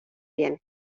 bien